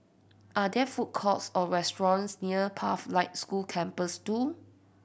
are there food courts or restaurants near Pathlight School Campus Two